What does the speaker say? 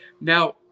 Now